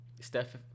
Steph